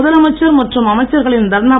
முதலமைச்சர் மற்றும் அமைச்சர்களின் தர்ணா